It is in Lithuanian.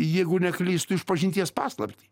jeigu neklystu išpažinties paslaptį